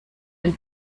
den